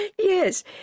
Yes